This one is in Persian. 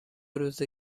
روزه